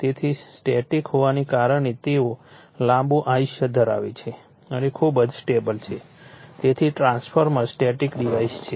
તેથી સ્ટેટિક હોવાને કારણે તેઓ લાંબુ આયુષ્ય ધરાવે છે અને ખૂબ જ સ્ટેબલ છે તેથી ટ્રાન્સફોર્મર સ્ટેટિક ડિવાઇસ છે